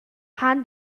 han